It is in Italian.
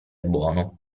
buono